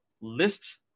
list